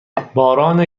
باران